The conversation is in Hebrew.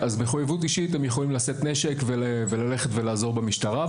אז במחויבות אישית הם יכולים לשאת נשק וללכת ולעזור במשטרה,